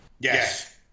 Yes